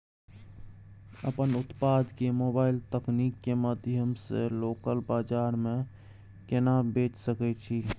अपन उत्पाद के मोबाइल तकनीक के माध्यम से लोकल बाजार में केना बेच सकै छी?